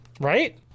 right